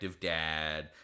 dad